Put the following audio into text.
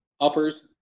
Uppers